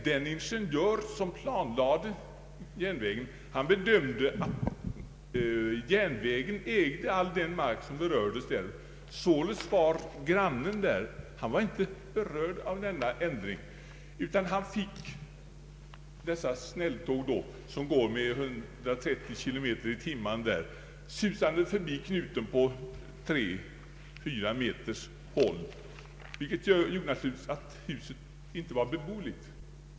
Den ingenjör som planlade arbetet antog att järnvägen ägde all mark som var berörd. Således var tomtägaren inte berörd av ändringen utan fick dessa snälltåg, som går med 130 kilometer i timmen, susande förbi husknuten på tre, fyra meters håll, vilket naturligtvis gjorde att huset inte var beboeligt.